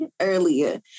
earlier